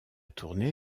tournée